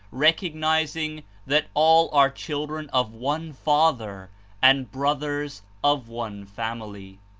recognizing that all are children of one father and brothers of one family.